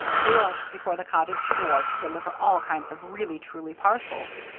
drew up before the cottage door to deliver all kinds of really-truly parcels.